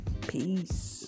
Peace